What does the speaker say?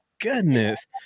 goodness